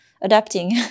adapting